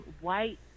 white